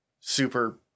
super